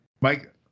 Mike